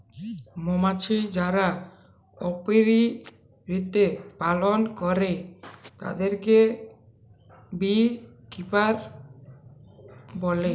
মমাছি যারা অপিয়ারীতে পালল করে তাদেরকে বী কিপার বলে